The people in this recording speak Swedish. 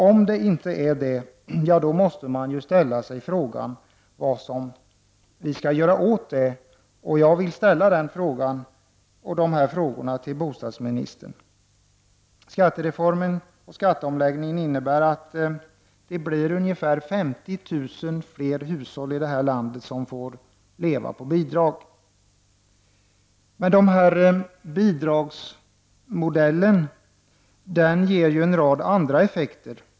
Om det inte är det, måste man ställa sig frågan vad vi skall göra åt det. Jag vill ställa de frågorna till bostadsministern. Skattereformen och skatteomläggningen innebär att det blir ungefär 50 000 fler hushåll i landet som får leva på bidrag. Denna bidragsmodell ger också en rad andra effekter.